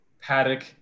Paddock